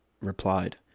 replied